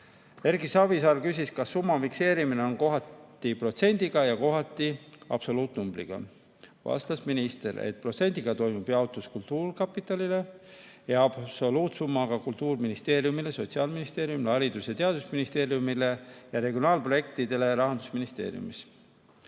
Erki Savisaar küsis, kas summa fikseerimine on kohati protsendiga ja kohati absoluutnumbriga. Minister vastas, et protsendiga toimub jaotus kultuurkapitalile ja absoluutsummaga Kultuuriministeeriumile, Sotsiaalministeeriumile, Haridus‑ ja Teadusministeeriumile ja regionaalprojektidele Rahandusministeeriumis.